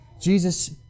Jesus